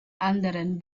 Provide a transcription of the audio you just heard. anderen